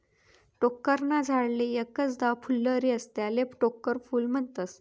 टोक्कर ना झाडले एकच दाव फुल्लर येस त्याले टोक्कर फूल म्हनतस